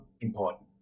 important